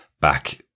back